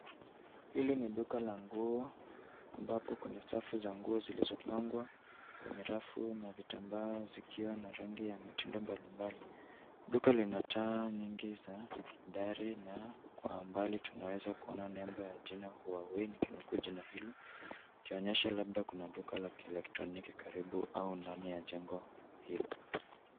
Hili ni duka la nguo ambapo kuna safu za nguo zilizopangwa kwenye rafu na vitambaa zikiwa na rangi ya mitindo mbalimbali. Duka lina taa nyingi za dari na kwa mbali tunaweza kuona nembo ya jina Huawei nikinukuu jina hilo ikionyesha labda kuna duka la kielektroniki karibu au ndani ya jengo hilo.